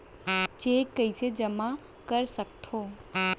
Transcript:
Cheque कईसने जेमा कर सकथो?